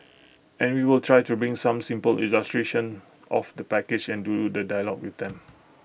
and we will try to bring some simple illustrations of the package and do the dialogue with them